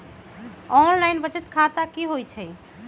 Online बचत खाता की होई छई?